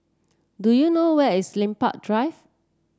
do you know where is Lempeng Drive